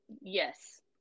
Yes